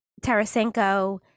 Tarasenko